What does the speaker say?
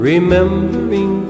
Remembering